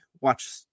watch